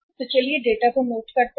तो चलिए डेटा को नोट करते हैं